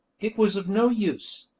it was of no use.